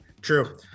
True